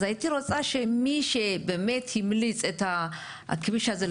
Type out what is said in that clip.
אז הייתי רוצה שמי שבאמת המליץ להרחיב את הכביש הזה,